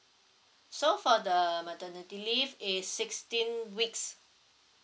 so for the maternity leave is sixteen weeks